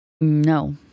No